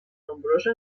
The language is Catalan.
nombrosa